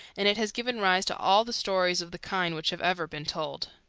and it has given rise to all the stories of the kind which have ever been told.